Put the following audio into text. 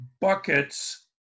buckets